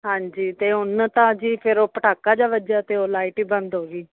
ਹਾਂਜੀ ਅਤੇ ਹੁਣ ਤਾਂ ਜੀ ਫਿਰ ਉਹ ਪਟਾਕਾ ਜਿਹਾ ਵੱਜਾ ਅਤੇ ਉਹ ਲਾਈਟ ਹੀ ਬੰਦ ਹੋ ਗਈ